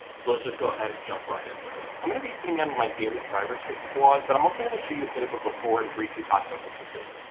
so let's just go ahead and jump right into it. i'm going to be putting on my daily driver tips blog but i'm also going to show you a bit of a before and briefly talk about what this is.